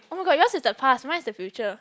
oh my god yours is the past mine is the future